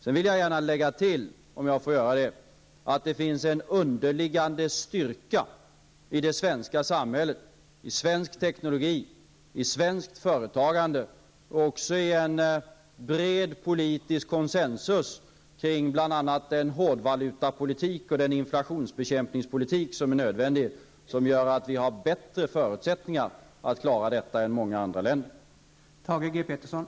Jag vill sedan gärna lägga till att det finns en underliggande styrka i det svenska samhället, i svensk teknologi, i svenskt företagande och i en bred politisk konsensus kring bl.a. den hårdvalutapolitik och den inflationsbekämpningspolitik som är nödvändig. Detta gör att vi har bättre förutsättningar än många andra länder att klara av situationen.